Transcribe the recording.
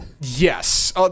Yes